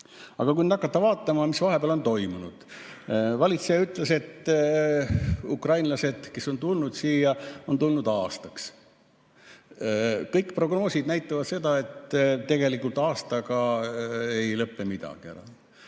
Aga vaatame, mis vahepeal on toimunud. Valitseja ütles, et ukrainlased, kes on siia tulnud, on tulnud aastaks. Kõik prognoosid näitavad, et tegelikult aastaga ei lõpe midagi.